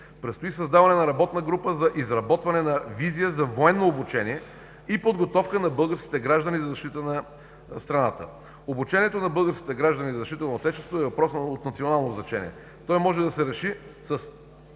Предстои създаване на работна група за изработване на визия за военно обучение и подготовка на българските граждани за защита на страната. Обучението на българските граждани за защита на Отечеството е въпрос от национално значение. Той може да се реши –